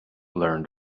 learn